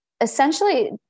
essentially